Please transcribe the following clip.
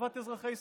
לטובת אזרחי ישראל.